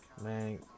Man